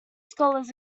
scholars